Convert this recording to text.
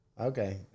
Okay